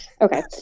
Okay